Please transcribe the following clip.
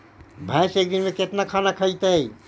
भैंस एक दिन में केतना खाना खैतई?